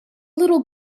little